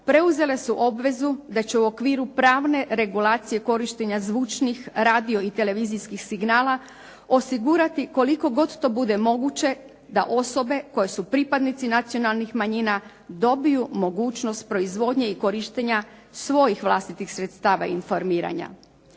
preuzele su obvezu da će u okviru pravne regulacije korištenja zvučnih, radio i televizijskih signala osigurati koliko god to bude moguće da osobe koje su pripadnici nacionalnih manjina dobiju mogućnost proizvodnje i korištenja svojih vlastitih sredstava informiranja.